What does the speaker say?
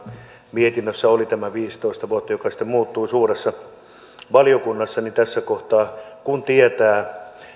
mietinnössä oli tämä viisitoista vuotta joka sitten muuttui suuressa valiokunnassa tässä kohtaa kun tietää